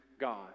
God